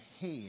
head